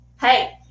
hey